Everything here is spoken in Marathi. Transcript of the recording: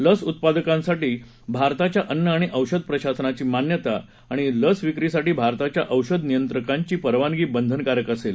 लस उत्पादकांसाठी भारताच्या अन्न आणि औषध प्रशासनाची मान्यता आणि लस विक्रीसाठी भारताच्या औषध नियंत्रकांची परवानगी बंधनकारक असेल